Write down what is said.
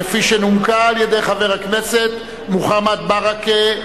כפי שנומקה על-ידי חבר הכנסת מוחמד ברכה.